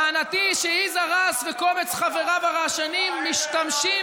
טענתי שיזהר הס וקומץ חבריו הרעשנים משתמשים